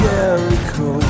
Jericho